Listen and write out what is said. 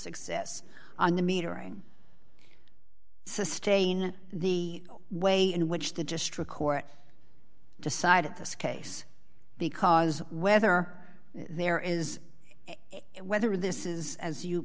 success on the metering sustain the way in which the district court decided this case because whether there is it whether this is as you